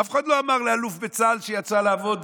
אף אחד לא אמר לאלוף בצה"ל שיצא לעבוד